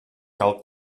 cal